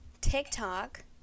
tiktok